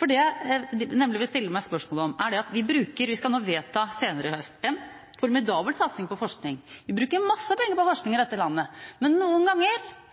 Det jeg nemlig vil stille meg spørsmål om, er: Senere i høst skal vi vedta en formidabel satsing på forskning. Vi bruker masse penger på forskning i dette landet, men noen ganger